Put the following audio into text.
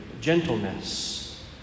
gentleness